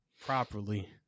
properly